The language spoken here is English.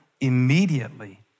Immediately